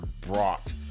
brought